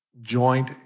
joint